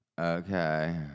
Okay